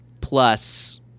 plus